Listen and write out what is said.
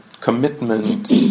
commitment